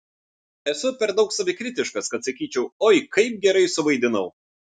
esu per daug savikritiškas kad sakyčiau oi kaip gerai suvaidinau